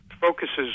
focuses